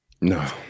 no